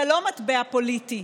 זה לא מטבע פוליטי,